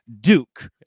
Duke